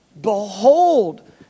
Behold